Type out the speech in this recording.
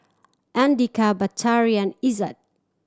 Andika Batari and Izzat